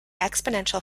exponential